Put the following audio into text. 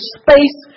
space